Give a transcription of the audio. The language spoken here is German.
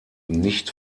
nicht